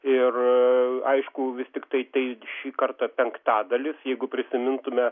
ir aišku vis tiktai tai šį kartą penktadalis jeigu prisimintume